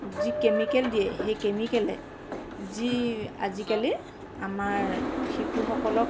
যি কেমিকেল দিয়ে সেই কেমিকেলে যি আজিকালি আমাৰ শিশুসকলক